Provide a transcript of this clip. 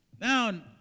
Now